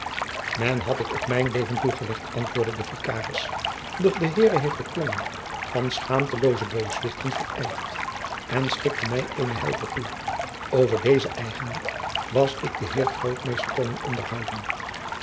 men had het op mijn leven toegelegd antwoordde de vicaris doch de heere heeft de plannen van schaamtelooze booswichten verijdeld en schikte mij eenen helper toe over dezen eigenlijk was ik den heer grootmeester komen onderhouden